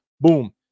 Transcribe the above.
boom